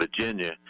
Virginia